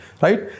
right